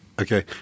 Okay